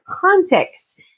context